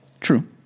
True